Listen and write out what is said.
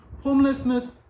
Homelessness